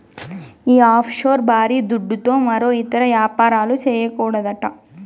ఈ ఆఫ్షోర్ బారీ దుడ్డుతో మరో ఇతర యాపారాలు, చేయకూడదట